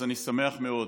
אני שמח מאוד.